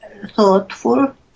thoughtful